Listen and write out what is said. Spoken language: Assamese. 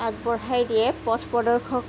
আগবঢ়াই দিয়ে পথ প্ৰদৰ্শক